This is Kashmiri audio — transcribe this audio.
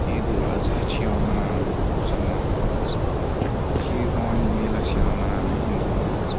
عیدالاضحی چھِ یِوان مَناونہٕ مُسَلمانَن مَنٛز کھیٖر بھَوانی میلہ چھُ یِوان مَناونہٕ ہِندووَن مَنٛز